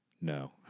no